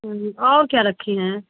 और क्या रखी हैं